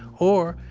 or,